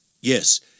Yes